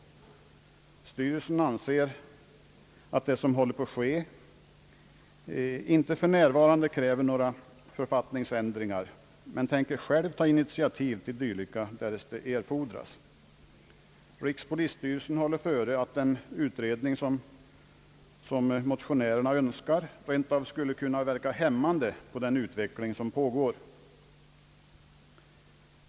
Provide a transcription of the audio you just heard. Styrelsen anser att det som håller på att ske inte för närvarande kräver några författningsändringar men tänker själv ta initiativ till dylika därest det erfordras. Rikspolisstyrelsen håller före att den utredning, som motionärerna Önskar, rent av skulle kunna verka hämmande på den utveckling som pågår.